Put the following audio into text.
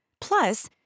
Plus